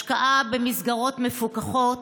השקעה במסגרות מפוקחות,